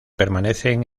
permanecen